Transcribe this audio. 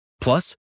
Plus